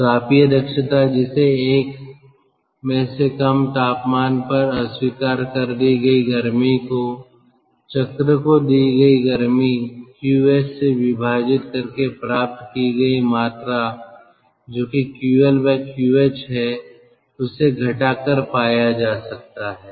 तो तापीय दक्षता जिसे 1 में से कम तापमान पर अस्वीकार कर दी गई गर्मी को चक्र को दी गई गर्मीQH से विभाजित करके प्राप्त की गई मात्रा जोकि QLQH है उसे घटाकर पाया जा सकता है